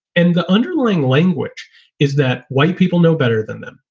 and the underlying language is that white people know better than them,